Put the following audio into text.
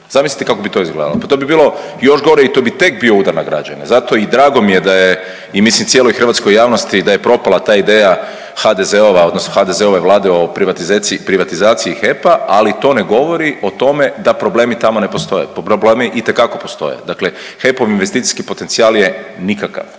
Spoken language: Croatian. zamislite kako bi to izgledalo, pa to bi bilo još gore i to bi tek bio udar na građane, zato i drago mi je da je i mislim cijeloj hrvatskoj javnosti da je propala ta ideja HDZ-ova odnosno HDZ-ove Vlade o privatizaciji HEP-a, ali to ne govori o tome da problemi tamo ne postoje, problemi itekako postoje, dakle HEP-ov investicijski potencijal je nikakav.